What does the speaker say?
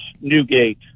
Newgate